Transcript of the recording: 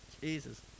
Jesus